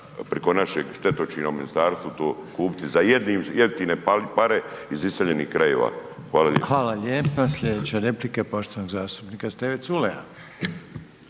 preko našeg štetočina u ministarstvu to kupiti za jeftine pare iz iseljenih krajeva. Hvala lijepo. **Reiner, Željko (HDZ)** Hvala lijepa.